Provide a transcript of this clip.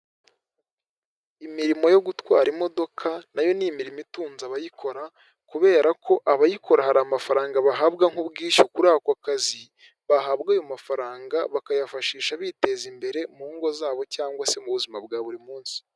Imirimo yo gutwara imodoka nayo ni imirimo itunze abayikora kubera ko abayikora hari amafaranga bahabwa nk'ubwishyu kuri ako kazi, bahabwa ayo mafaranga bakayafashisha biteza imbere mu ngo z'abo cyangwa se mu buzima bwa buri munsi.